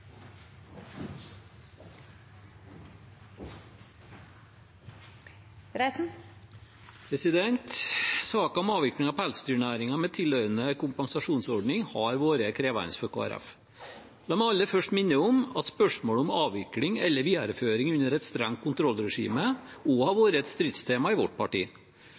La meg aller først minne om at spørsmålet om avvikling eller videreføring under et strengt kontrollregime også har vært et stridstema i vårt parti.